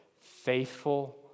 Faithful